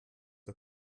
der